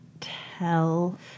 tell